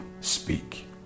speak